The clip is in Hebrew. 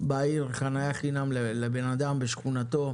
בעיר חנייה חינם - לב-אדם בשכונתו,